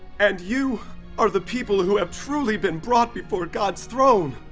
and you are the people who have truly been brought before god's throne,